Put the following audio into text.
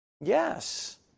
Yes